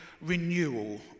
renewal